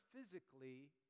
physically